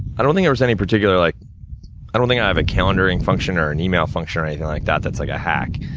i don't think there's any particular like i don't think i have a calendaring function or an emailing function, or anything like that, that's like a hack.